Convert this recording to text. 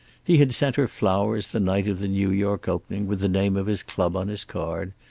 he had sent her flowers the night of the new york opening, with the name of his club on his card,